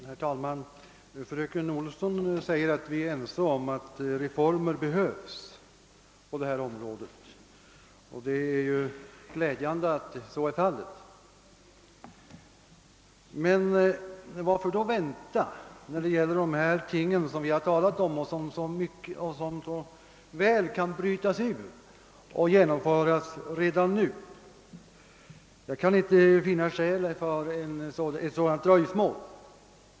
Herr talman! Fröken Olsson framhåller att vi är ense om att reformer behövs på detta område, och det är ju glädjande. Men varför då vänta med de frågor, som vi nu talat om och som så väl kan brytas ut och behandlas redan nu? Jag kan inte finna skäl för ett sådant dröjsmål.